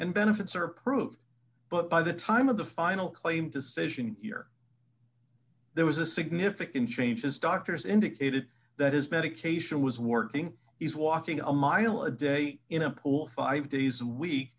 and benefits are approved but by the time of the final claim decision here there was a significant change his doctors indicated that his medication was working he's walking a mile a day in a pool five days a week